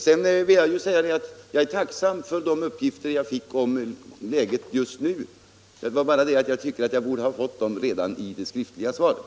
Sedan vill jag säga att jag är tacksam för de uppgifter jag fick om läget just nu. Det är bara det att jag tycker att jag borde ha fått dem redan i det skriftliga svaret.